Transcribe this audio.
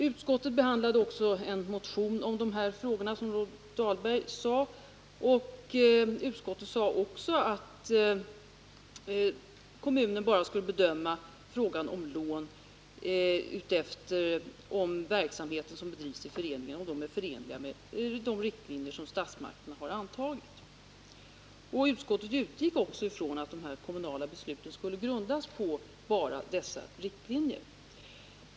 Utskottet behandlade också, som Rolf Dahlberg sade, en motion om dessa frågor, och även utskottet uttalade att kommunen bara skall bedöma frågan huruvida den verksamhet som bedrivs är förenlig med de riktlinjer som statsmakterna har antagit. Utskottet utgick också från att de kommunala besluten skulle grundas enbart på dessa riktlinjer.